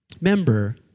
member